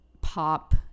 pop